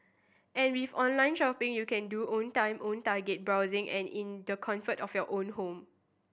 and with online shopping you can do own time own target browsing and in the comfort of your own home